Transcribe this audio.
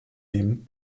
nehmen